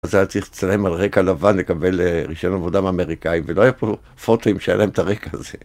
אז היה צריך לצלם על רקע לבן לקבל רישיון עבודה מאמריקאים, ולא היה פה פוטואים שהיה להם את הרקע הזה.